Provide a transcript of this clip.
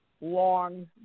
long